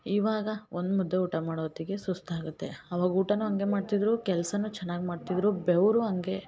ಇವಾಗ ಒಂದು ಮುದ್ದೆ ಊಟ ಮಾಡೋ ಹೊತ್ತಿಗೆ ಸುಸ್ತಾಗುತ್ತೆ ಅವಾಗ ಊಟವೂ ಹಂಗೆ ಮಾಡ್ತಿದ್ದರು ಕೆಲ್ಸವೂ ಚೆನ್ನಾಗಿ ಮಾಡ್ತಿದ್ದರು ಬೆವರೂ ಹಂಗೆ